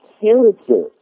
character